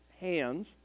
hands